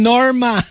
Norma